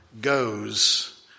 goes